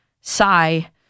sigh